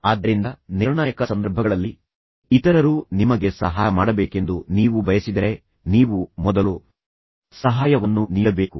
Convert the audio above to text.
ಆದ್ದರಿಂದ ನಿರ್ಣಾಯಕ ಸಂದರ್ಭಗಳಲ್ಲಿ ಇತರರು ನಿಮಗೆ ಸಹಾಯ ಮಾಡಬೇಕೆಂದು ನೀವು ಬಯಸಿದರೆ ನೀವು ಮೊದಲು ಸಹಾಯವನ್ನು ನೀಡಬೇಕು